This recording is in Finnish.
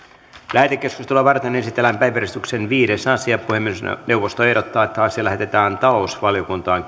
lähetekeskustelua varten esitellään päiväjärjestyksen viides asia puhemiesneuvosto ehdottaa että asia lähetetään talousvaliokuntaan